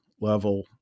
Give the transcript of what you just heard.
level